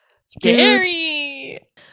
Scary